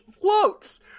floats